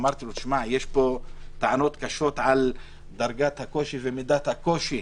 אמרתי לו: יש פה טענות קשות על דרגת הקושי ומידת הקושי